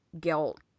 guilt